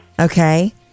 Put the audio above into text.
Okay